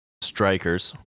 strikers